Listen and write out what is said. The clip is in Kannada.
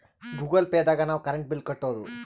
ಗೂಗಲ್ ಪೇ ದಾಗ ನಾವ್ ಕರೆಂಟ್ ಬಿಲ್ ಕಟ್ಟೋದು